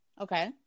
Okay